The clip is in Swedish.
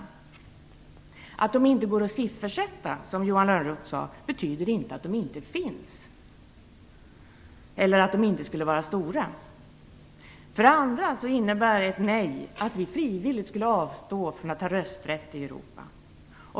Att konsekvenserna inte går att siffersätta - som Johan Lönnroth sade - betyder inte att de inte finns eller att de inte skulle vara stora. För det andra innebär ett nej att vi frivilligt skulle avstå från att ha rösträtt i Europa.